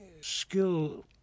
skill